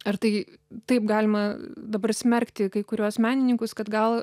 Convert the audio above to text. ar tai taip galima dabar smerkti kai kuriuos menininkus kad gal